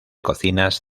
cocinas